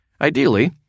Ideally